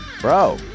Bro